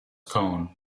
cone